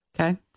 Okay